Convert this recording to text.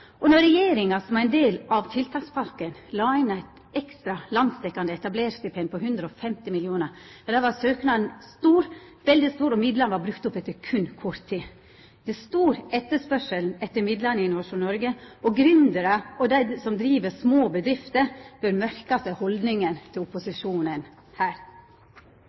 og da regjeringa som ein del av tiltakspakka la inn eit ekstra landsdekkjande etablerarstipend på 150 mill. kr, var søknaden veldig stor og midlane brukte opp etter berre kort tid. Det er stor etterspørsel etter midlane i Innovasjon Norge, og gründerar og dei som driv små bedrifter, bør merka seg haldninga til opposisjonen her.